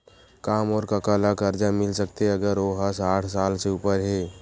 का मोर कका ला कर्जा मिल सकथे अगर ओ हा साठ साल से उपर हे?